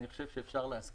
אני חושב שאפשר להסכים,